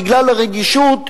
בגלל הרגישות,